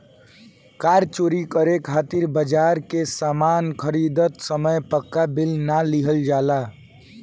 कार चोरी करे खातिर बाजार से सामान खरीदत समय पाक्का बिल ना लिहल जाला